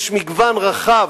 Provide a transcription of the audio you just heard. יש מגוון רחב,